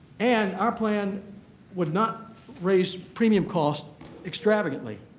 and our plan would not raise premium costs extravagantly,